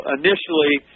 initially